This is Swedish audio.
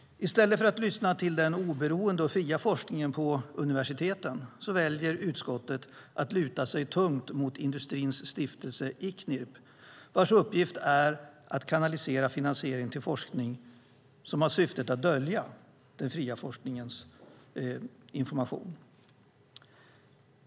I stället för att lyssna till den oberoende och fria forskningen på universiteten väljer utskottet att luta sig tungt mot industrins stiftelse Icnirp, vars uppgift är att kanalisera finansiering till forskning som har syftet att dölja den fria forskningens information.